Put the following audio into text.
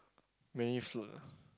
many food ah